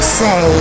say